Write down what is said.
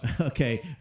Okay